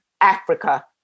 Africa